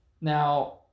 Now